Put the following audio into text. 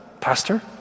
pastor